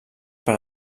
per